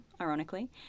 ironically